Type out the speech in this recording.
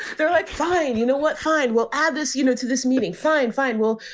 they're like, fine. you know what? fine. we'll add this, you know, to this meeting. fine, fine. well,